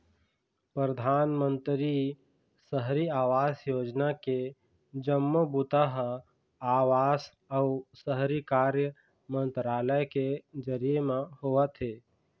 परधानमंतरी सहरी आवास योजना के जम्मो बूता ह आवास अउ शहरी कार्य मंतरालय के जरिए म होवत हे